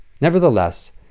nevertheless